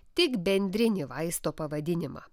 tik bendrinį vaisto pavadinimą